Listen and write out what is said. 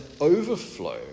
overflow